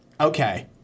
Okay